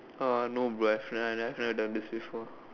uh no bro I've never I've never done this before